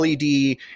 led